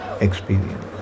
experience